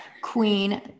Queen